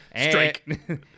Strike